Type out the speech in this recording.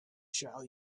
shall